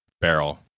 barrel